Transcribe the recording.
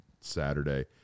Saturday